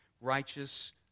righteous